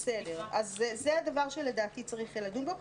זה דבר שלדעתי צריך לדון בו.